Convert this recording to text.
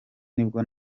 nibwo